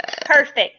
Perfect